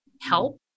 help